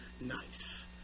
nice